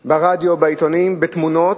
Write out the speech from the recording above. ברדיו, בעיתונים, בתמונות,